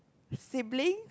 sibling